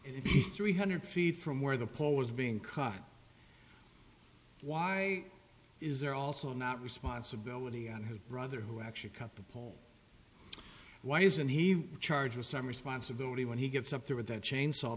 field yes three hundred feet from where the pole was being caught why is there also not responsibility on his brother who actually couple why isn't he charged with some responsibility when he gets up there with that chainsaw